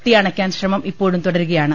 തീയണയ്ക്കാൻ ശ്രമം ഇപ്പോഴും തുടരുകയാണ്